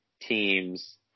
teams